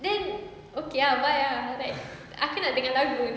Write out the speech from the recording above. then okay ah bye ah like aku nak dengar lagu